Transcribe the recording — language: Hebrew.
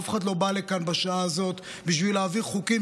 אף אחד לא בא לכאן בשעה הזאת בשביל להעביר חוקים